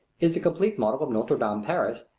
is the complete model of notre dame, paris,